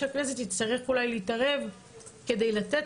כנראה שהכנסת תצטרך אולי להתערב כדי לתת